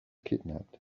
kidnapped